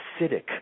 acidic